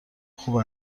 خوب